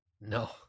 No